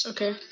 Okay